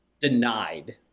denied